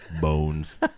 bones